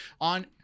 on